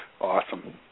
Awesome